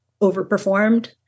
overperformed